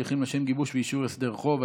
הליכים לשם גיבוש ואישור הסדר חוב),